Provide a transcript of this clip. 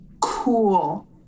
cool